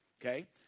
okay